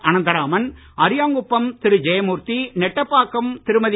Anantharaman Ariyankuppam Thiru Jayamoorthy Nettapakkam Thirumathi